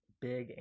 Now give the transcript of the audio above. big